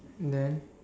then